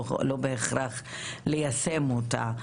לא בהכרח ליישם אותה,